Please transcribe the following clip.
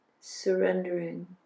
surrendering